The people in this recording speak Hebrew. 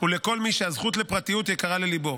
ולכל מי שהזכות לפרטיות חשובה לליבו.